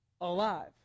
alive